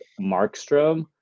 Markstrom